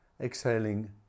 Exhaling